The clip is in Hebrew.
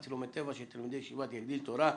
צילומי טבע של תלמידי ישיבת "יגדיל תורה",